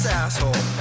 asshole